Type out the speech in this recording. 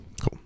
Cool